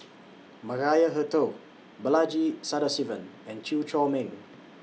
Maria Hertogh Balaji Sadasivan and Chew Chor Meng